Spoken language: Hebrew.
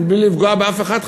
מבלי לפגוע באף אחד,